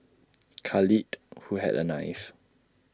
Khalid who had A knife